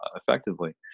effectively